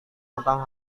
tentang